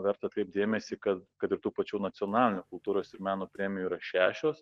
verta atkreipt dėmesį kad kad ir tų pačių nacionalinių kultūros ir meno premijų yra šešios